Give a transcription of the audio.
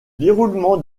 déroulement